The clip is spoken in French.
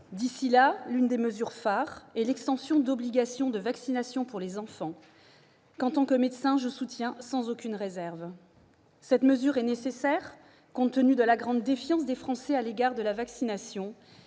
D'ici là, l'une des mesures phares est l'extension d'obligation de vaccination pour les enfants, que je soutiens sans aucune réserve en tant que médecin. C'est nécessaire compte tenu de la grande défiance des Français à l'égard de la vaccination,